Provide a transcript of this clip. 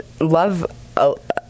love